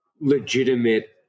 legitimate